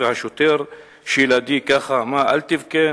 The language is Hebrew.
והשוטר שלידי ככה אמר: אל תבכה.